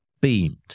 beamed